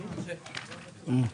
הישיבה ננעלה בשעה 10:55.